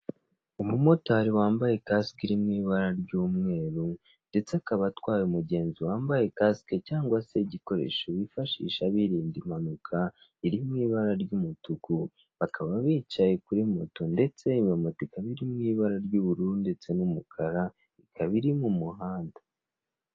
Umumotari wambaye kasike iri mu ibara ry'umweru, ndetse akaba atwaye umugenzi wambaye kasike cyangwa se igikoresho bifashisha birinda impanuka, iri mu ibara ry'umutuku, bakaba bicaye kuri moto, ndetse iyo moto ikaba iri mu ibara ry'ubururu ndetse n'umukara, ikaba iri mu muhanda.